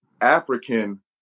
African